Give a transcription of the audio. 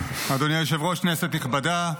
אדוני היושב-ראש, כנסת נכבדה,